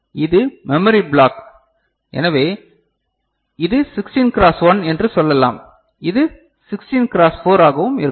இது memory block எனவே இது 16 கிராஸ் 1 என்று சொல்லலாம் இது 16 கிராஸ் 4 ஆகவும் இருக்கலாம்